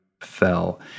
fell